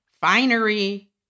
Finery